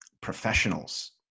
professionals